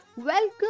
Welcome